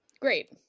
Great